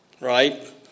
right